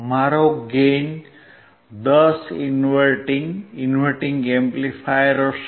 મારો gain 10 inverting inverting amplifier હશે